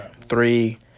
Three